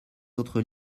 autres